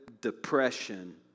depression